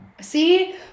See